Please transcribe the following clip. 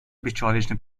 бесчеловечным